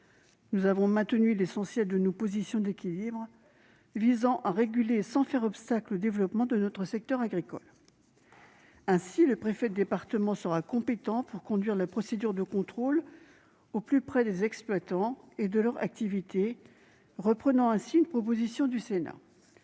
Nous avons maintenu l'essentiel de nos positions d'équilibre visant à réguler sans faire obstacle au développement de notre secteur agricole. Ainsi, le préfet de département sera compétent pour conduire la procédure de contrôle, au plus près des exploitants et de leur activité, reprenant ainsi une proposition du Sénat.